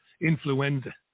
influenza